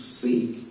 seek